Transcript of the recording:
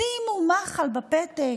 שימו מח"ל בפתק,